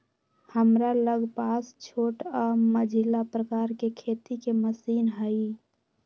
हमरा लग पास छोट आऽ मझिला प्रकार के खेती के मशीन हई